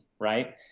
Right